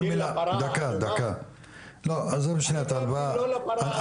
עזוב שנייה את ההלוואה,